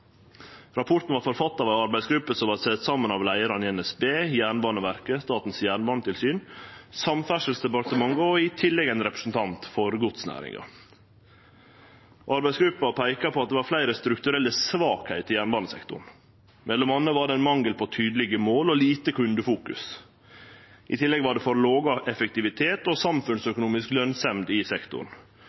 Rapporten vart forfatta av ei arbeidsgruppe som var sett saman av leiarane i NSB, Jernbaneverket, Statens jernbanetilsyn, Samferdselsdepartementet og i tillegg ein representant for godsnæringa. Arbeidsgruppa peika på at det var fleire strukturelle svakheiter i jernbanesektoren. Mellom anna var det ein mangel på tydelege mål og lite kundefokus. I tillegg var det for låg effektivitet og samfunnsøkonomisk lønsemd i sektoren,